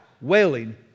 wailing